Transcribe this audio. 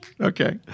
Okay